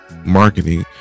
marketing